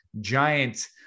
giant